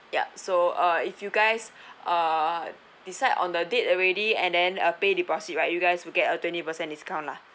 ya so uh if you guys uh decide on the date already and then uh pay deposit right you guys will get a twenty percent discount lah